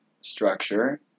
structure